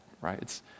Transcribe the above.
right